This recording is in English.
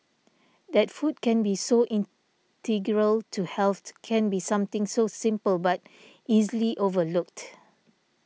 that food can be so integral to health can be something so simple but easily overlooked